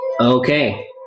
okay